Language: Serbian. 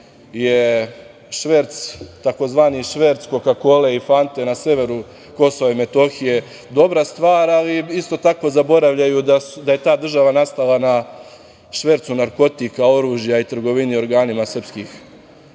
je tzv. šverc koka-kole i fante na severu Kosova i Metohije dobra stvar, ali isto tako zaboravljaju da je ta država nastala na švercu narkotika, oružja i trgovine organima srpskog